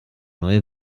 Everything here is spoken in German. neue